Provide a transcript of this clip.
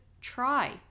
try